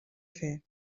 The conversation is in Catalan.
fer